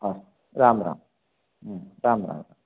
अस्तु राम् राम् राम् राम्